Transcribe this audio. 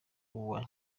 uwa